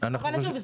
אבל עזוב,